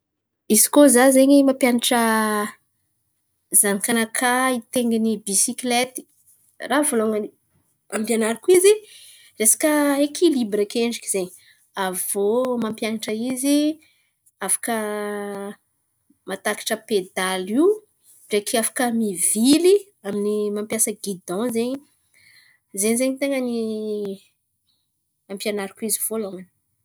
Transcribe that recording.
Izy koa za zen̈y mampianatra zanakà nakà hitenginy bisikilety, raha vilômin̈y. Ampianariko izy resaka ekilibra akendriky zen̈y. Aviô mampianatra izy afaka mahatakatra pedaly io ndreky afaka mivily amin'ny mampiasa gidòn zen̈y. Ze zen̈y ten̈a ny ampianariko izy voalohany.